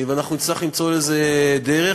ואנחנו נצטרך למצוא לזה דרך,